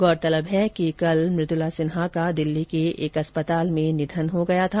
गौरतलब है कि कल मुदुला सिन्हा का दिल्ली के अस्पताल में निधन हो गया था